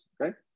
Okay